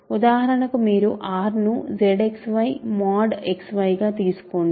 ఉదాహరణకు మీరు R ను ZXY mod XYగా తీసుకోండి